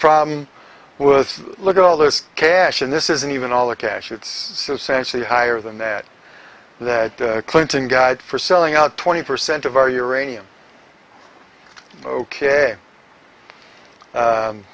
problem with look at all this cash and this isn't even all the cash it's so sad actually higher than that that clinton guide for selling out twenty percent of our uranium ok